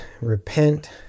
repent